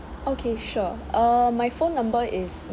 okay sure uh my phone number is